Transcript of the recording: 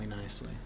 nicely